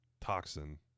toxin